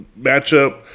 matchup